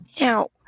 Now